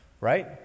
right